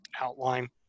outline